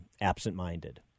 absent-minded